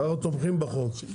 אנחנו תומכים בחוק,